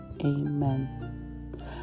amen